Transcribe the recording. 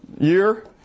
year